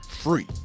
free